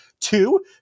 two